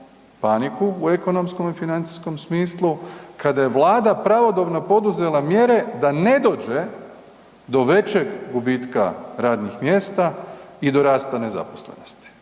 paniku u ekonomskom i financijskom smislu, kada je vlada pravodobno poduzela mjere da ne dođe do većeg gubitka radnih mjesta i do rasta nezaposlenosti,